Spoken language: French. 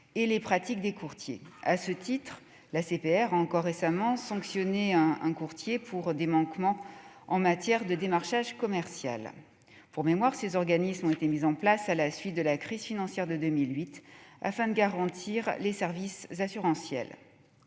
et les pratiques des courtiers. À ce titre, l'ACPR a encore récemment sanctionné un courtier pour des manquements en matière de démarchage commercial. Pour mémoire, ces organismes ont été mis en place à la suite de la crise financière de 2008 afin de garantir les services assurantiels.